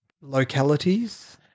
localities